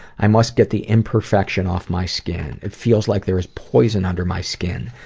i must get the imperfection off my skin. it feels like there is poison under my skin.